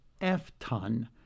F-ton